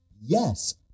yes